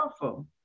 powerful